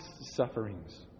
sufferings